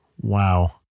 Wow